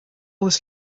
this